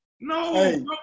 No